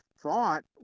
thought